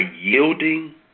yielding